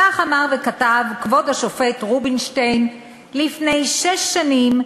כך אמר וכתב כבוד השופט רובינשטיין לפני שש שנים,